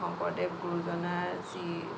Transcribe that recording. শংকৰদেৱ গুৰুজনাৰ যি